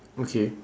okay